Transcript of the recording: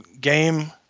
game